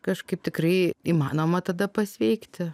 kažkaip tikrai įmanoma tada pasveikti